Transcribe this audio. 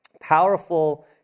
powerful